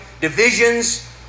divisions